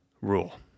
rule